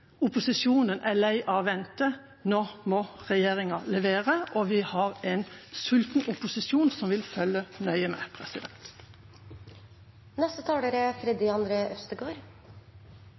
Opposisjonen er lei av å vente, nå må regjeringa levere, og vi er en sulten opposisjon, som vil følge nøye med.